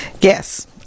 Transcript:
Yes